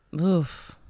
Oof